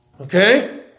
Okay